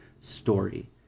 story